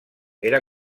era